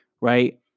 right